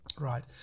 Right